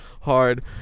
hard